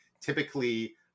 typically